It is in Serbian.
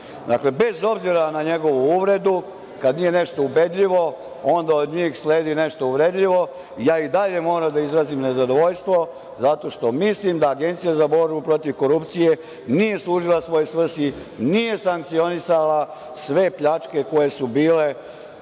bez obzira na njegovu uvredu, kad nije nešto ubedljivo, onda od njih sledi nešto uvredljivo. Ja i dalje moram da izrazim nezadovoljstvo zato što mislim da Agencija za borbu protiv korupcije nije služila svojoj svrsi, nije sankcionisala sve pljačke koje su bile